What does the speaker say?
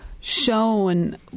shown